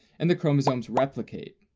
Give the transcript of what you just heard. and the chromosomes replicate,